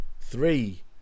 three